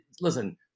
Listen